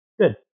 Good